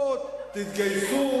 או, תתגייסו